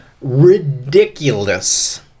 Ridiculous